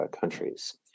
countries